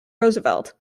roosevelt